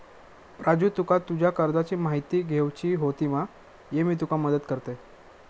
राजू तुका तुज्या कर्जाची म्हायती घेवची होती मा, ये मी तुका मदत करतय